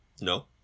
No